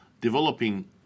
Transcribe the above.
developing